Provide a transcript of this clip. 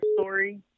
story